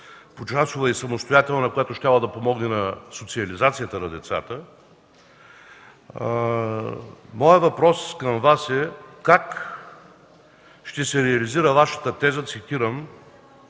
почасова и самостоятелна, която щяла да помогне за социализацията на децата), моят въпрос към Вас е: как ще се реализира Вашата теза, цитирам,